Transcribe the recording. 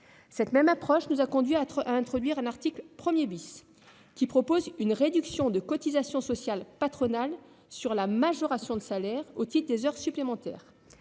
Cette même approche nous a conduits à introduire un article 1, qui prévoit une réduction de cotisations sociales patronales sur la majoration de salaire au titre des heures supplémentaires.